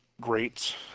great